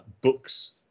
books